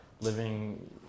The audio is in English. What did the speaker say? living